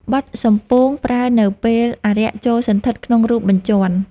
បទសំពោង ប្រើនៅពេលអារក្សចូលសណ្ឋិតក្នុងរូបបញ្ជាន់។